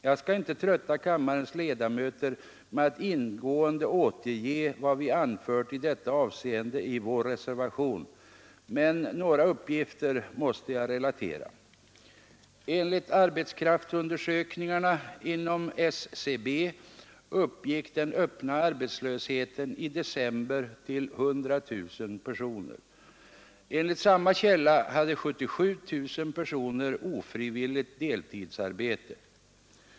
Jag skall inte trötta kammarens ledamöter med att ingående återge vad vi anfört i detta avseende i vår reservation, men några uppgifter måste jag relatera. Enligt arbetskraftsundersökningarna inom SCB uppgick den öppna arbetslösheten i december till 100 000 personer. Enligt samma källa hade 77 000 personer ofrivilligt deltidsarbete.